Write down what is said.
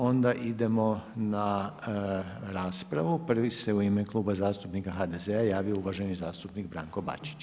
Onda idemo na raspravu, prvi se u ime Kluba zastupnika HDZ-a javio uvaženi zastupnik Branko Bačić.